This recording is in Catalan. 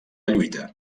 lluita